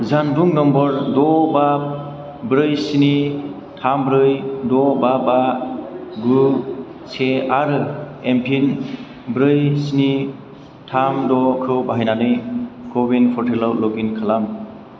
जानबुं नम्बर द बा ब्रै स्नि थाम ब्रै द बा बा गु से आरो एम पिन ब्रै स्नि थाम दखौ बाहायनानै क' विन पर्टेलाव लगइन खालाम